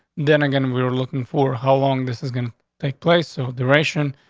then again, we were looking for how long this is gonna take place or duration.